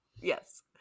Yes